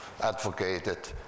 advocated